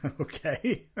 Okay